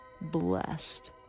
blessed